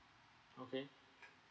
okay